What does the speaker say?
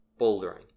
Bouldering